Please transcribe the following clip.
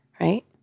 right